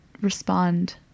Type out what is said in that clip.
respond